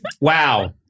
Wow